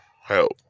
help